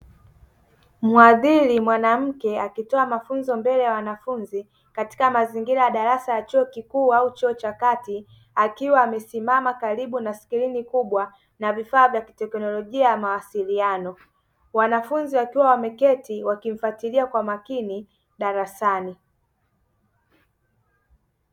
Muhadhiri mwanamke akitoa mafunzo mbele ya wanafunzi katika mazingira ya darasa ya chuo kikuu au chuo cha kati, akiwa amesimama karibu na skrini kubwa na vifaa vya kiteknolojia ya mawasiliano. Wanafunzi wakiwa wameketi wakimfatilia kwa makini darasani.